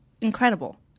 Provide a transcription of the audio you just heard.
Incredible